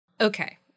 Okay